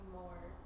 more